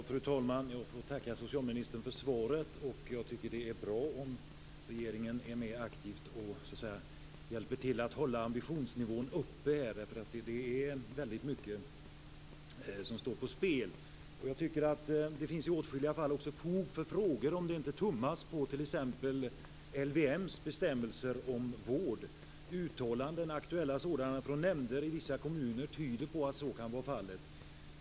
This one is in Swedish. Fru talman! Jag får tacka socialministern för svaret. Jag tycker att det är bra om regeringen är mer aktiv och hjälper till att hålla ambitionsnivån uppe, därför att det är väldigt mycket som står på spel. Det finns i åtskilliga fall också fog för frågor om det inte tummas på t.ex. LVM:s bestämmelser om vård. Aktuella uttalanden från nämnder i vissa kommuner tyder på att så kan vara fallet.